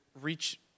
reach